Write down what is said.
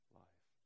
life